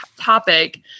topic